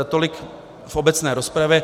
Tolik v obecné rozpravě.